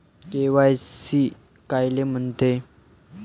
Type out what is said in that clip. KYC कायले म्हनते?